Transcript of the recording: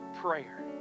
prayer